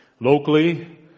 locally